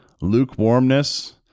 lukewarmness